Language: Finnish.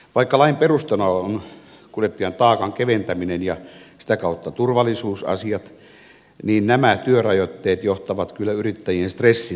vaikka lain perusteena on kuljettajan taakan keventäminen ja sitä kautta turvallisuusasiat niin nämä työrajoitteet johtavat kyllä yrittäjien stressin lisääntymiseen